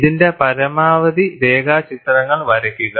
ഇതിന്റെ പരമാവധി രേഖാചിത്രങ്ങൾ വരയ്ക്കുക